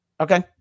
Okay